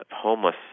Homeless